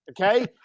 Okay